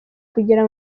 kugira